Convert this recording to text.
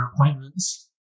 appointments